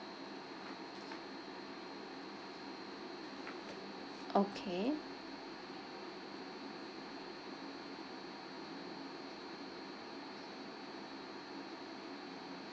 okay